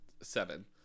seven